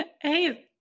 Hey